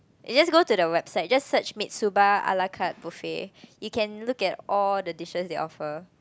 eh just go to the website just search Mitsuba ala-carte buffet you can look at all the dishes they offer